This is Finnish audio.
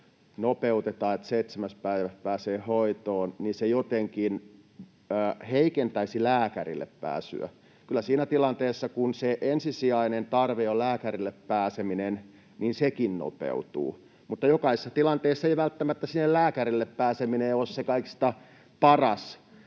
nopeutetaan, että seitsemäs päivä pääsee hoitoon, niin se jotenkin heikentäisi lääkärille pääsyä. Kyllä siinä tilanteessa, kun se ensisijainen tarve on lääkärille pääseminen, sekin nopeutuu, mutta jokaisessa tilanteessa ei välttämättä sinne lääkärille pääseminen ole se kaikista paras